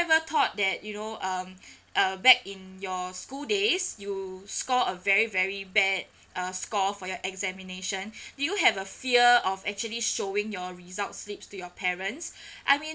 ever thought that you know um uh back in your school days you score a very very bad uh score for your examination did you have a fear of actually showing your result slips to your parents I mean